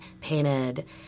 painted